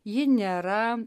ji nėra